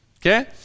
Okay